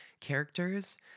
characters